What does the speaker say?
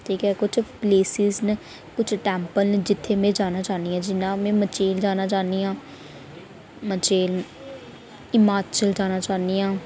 ठीक ऐ किश प्लेस न किश टैम्पल न जित्थै में जाना चाह्नी आं जि'यां में मचेल जाना चाह्न्नीं आं मचेल हिमाचल जाना चाह्न्नी आं